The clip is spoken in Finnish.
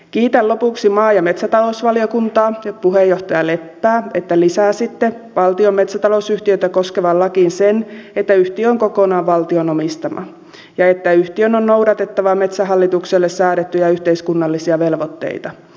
kiitän lopuksi maa ja metsätalousvaliokuntaa ja puheenjohtaja leppää että lisäsitte valtion metsätalousyhtiötä koskevaan lakiin sen että yhtiö on kokonaan valtion omistama ja että yhtiön on noudatettava metsähallitukselle säädettyjä yhteiskunnallisia velvoitteita